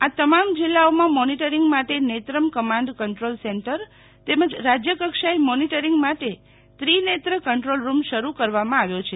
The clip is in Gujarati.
આ તમામ જિલ્લાઓમાં મોનિટરીંગ માટે નેત્રમ કમાન્ડ કંટ્રોલ સેન્ટર તેમજ રાજ્યકક્ષાએ મોનિટરિંગ માટે ત્રિનેત્ર કંટ્રોલ રૂમ શરૂ કરવામાં આવ્યો છે